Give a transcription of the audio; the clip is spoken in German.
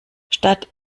statt